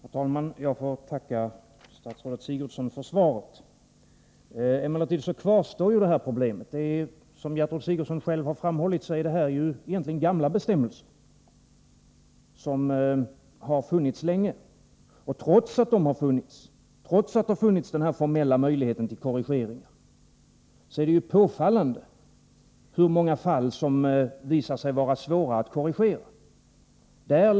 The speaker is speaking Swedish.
Herr talman! Jag tackar statsrådet Gertrud Sigurdsen för svaret. Det aktuella problemet kvarstår emellertid. Som Gertrud Sigurdsen själv framhållit har de här bestämmelserna funnits länge. Men trots det, trots att det således formellt har varit möjligt att göra korrigeringar, har det i påfallande många ärenden visat sig vara svårt att åstadkomma sådana.